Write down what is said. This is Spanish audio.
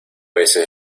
veces